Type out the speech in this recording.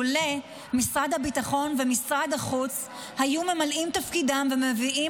משרד הביטחון ומשרד החוץ היו ממלאים את תפקידם ומביאים